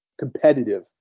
Competitive